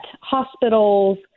hospitals